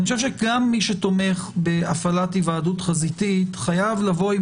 גם מי שתומך בהפעלת היוועדות חזותית חייב לבוא עם